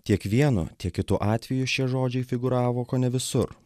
tiek vienu tiek kitu atveju šie žodžiai figūravo kone visur